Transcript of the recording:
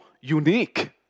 unique